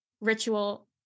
ritual